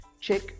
check